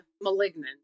Malignant